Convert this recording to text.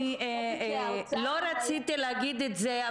לא רציתי להגיד את זה,